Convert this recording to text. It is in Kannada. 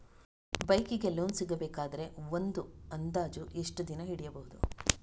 ಬೈಕ್ ಗೆ ಲೋನ್ ಸಿಗಬೇಕಾದರೆ ಒಂದು ಅಂದಾಜು ಎಷ್ಟು ದಿನ ಹಿಡಿಯಬಹುದು?